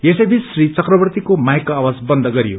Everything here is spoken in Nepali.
यसै बीच श्री चक्रवर्तीको माइकको आवाज बन्द गरियो